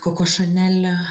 koko šanel